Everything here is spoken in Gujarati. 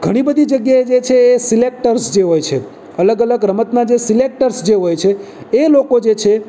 ઘણી બધી જગ્યાએ જે છે એ સિલેક્ટર્સ જે હોઈ છે અલગ અલગ રમતના જે સિલેક્ટર્સ જે હોય છે એ લોકો જે છે